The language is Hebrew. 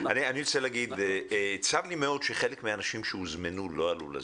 צר לי מאוד שחלק מהאנשים שהוזמנו לא עלו לזום.